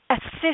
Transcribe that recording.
assist